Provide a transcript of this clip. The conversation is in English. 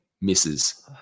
misses